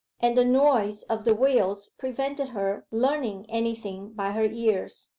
and the noise of the wheels prevented her learning anything by her ears.